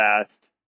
fast